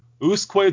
usque